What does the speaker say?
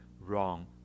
wrong